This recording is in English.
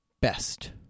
best